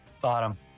Bottom